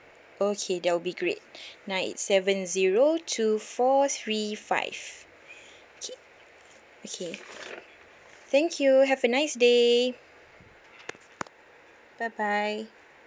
okay that will be great nine seven zero two four three five okay okay thank you have a nice day bye bye